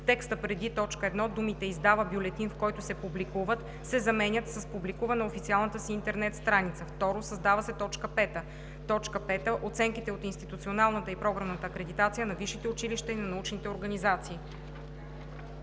В текста преди т. 1 думите „издава бюлетин, в който се публикуват:“ се заменят с „публикува на официалната си интернет страница:“; 2. Създава се т. 5: „5. оценките от институционалната и програмната акредитация на висшите училища и на научните организации“.“